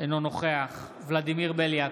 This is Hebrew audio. אינו נוכח ולדימיר בליאק,